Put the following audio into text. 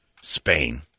Spain